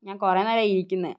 ഞാൻ കുറേ നേരമായി ഇരിക്കുന്നു